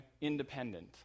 independent